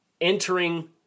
entering